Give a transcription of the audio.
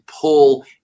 pull